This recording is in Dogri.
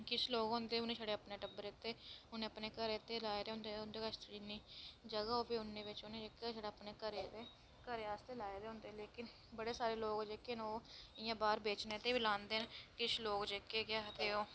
किश लोग होंदे उनें छड़े अपने टब्बर आस्तै उनें अपने घरें आस्तै लाए दे उंदे कश जिन्नी जगह् होग भी उन्नी कश ओह् अपने घरे घरे आस्तै लाए दे होंदे बड़े सारे लोक होंदे इयां बाह्र बेचने इतै बी लांदे न किश लोक जेह्के